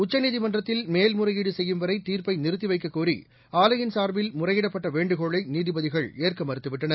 உச்சநீதிமன்றத்தில் மேல்முறையீடுசெய்யும்வரைதீர்ப்பைநிறுத்திவைக்கக்கோரிஆலையின் சார்பில் முறையிடப்பட்டவேண்டுகோளைநீதிபதிகள் ஏற்கமறுத்துவிட்டனர்